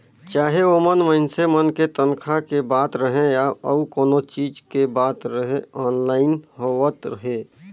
चाहे ओमन मइनसे मन के तनखा के बात रहें या अउ कोनो चीच के बात रहे आनलाईन होवत हे